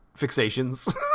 fixations